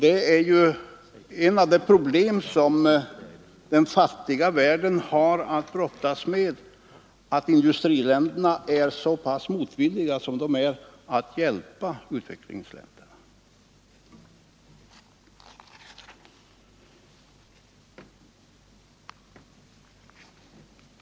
Det är ett av de problem som den fattiga världen har att brottas med att industriländerna är så pass motvilliga som de är att hjälpa utvecklingsländerna.